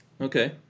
okay